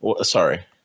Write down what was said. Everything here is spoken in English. Sorry